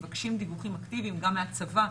מבקשים דיווחים אקטיביים גם מהצבא,